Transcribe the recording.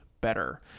better